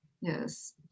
Yes